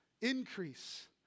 increase